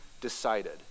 decided